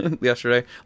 yesterday